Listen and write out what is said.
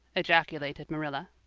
ejaculated marilla.